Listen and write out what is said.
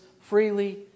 freely